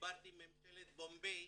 דיברתי עם ממשלת מומבאי.